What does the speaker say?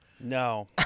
No